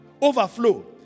Overflow